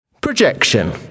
Projection